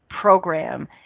program